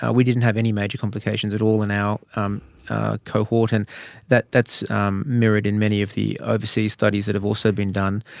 ah we didn't have any major complications at all in our um cohort, and that's um mirrored in many of the overseas studies that have also been done.